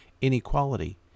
inequality